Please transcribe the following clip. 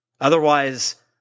Otherwise